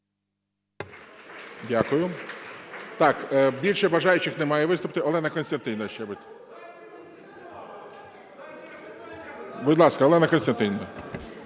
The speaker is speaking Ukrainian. Дякую. Більше бажаючих немає виступити. Олена Костянтинівна, ще… Будь ласка, Олена Костянтинівна.